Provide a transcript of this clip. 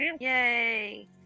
Yay